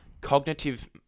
cognitive